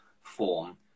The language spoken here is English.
form